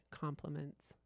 compliments